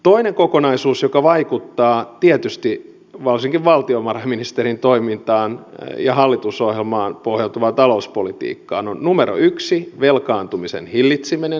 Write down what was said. toinen kokonaisuus joka vaikuttaa tietysti varsinkin valtiovarainministerin toimintaan ja hallitusohjelmaan pohjautuvaan talouspolitiikkaan on numero yksi velkaantumisen hillitseminen